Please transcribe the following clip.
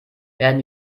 werden